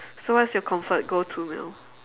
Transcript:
so what's your comfort go to meal